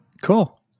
Cool